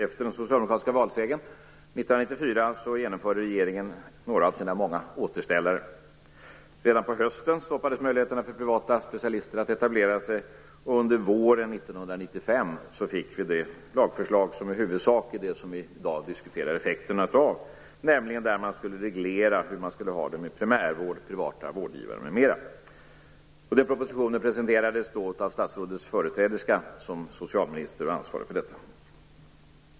Efter den socialdemokratiska valsegern 1994 genomförde regeringen följdriktigt några av sina många återställare. Redan under hösten stoppades möjligheten för privata specialister att etablera sig. Under våren 1995 kom det lagförslag som vi i dag diskuterar effekterna av, nämligen en reglering av primärvård och privata vårdgivare m.m. Den propositionen presenterades av statsrådets företrädare som var ansvarig för detta förslag.